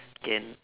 can